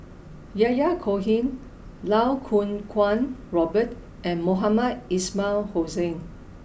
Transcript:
Yahya Cohen Lau Kuo Kwong Robert and Mohamed Ismail Hussain